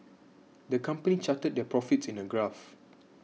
the company charted their profits in a graph